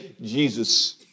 Jesus